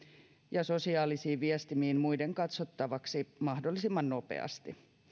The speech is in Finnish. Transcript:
ja sosiaalisiin viestimiin muiden katsottavaksi mahdollisimman nopeasti